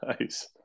Nice